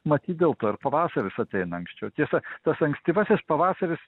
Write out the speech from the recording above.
matyt dėl to ir pavasaris ateina anksčiau tiesa tas ankstyvasis pavasaris